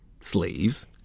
slaves